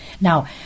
Now